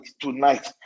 tonight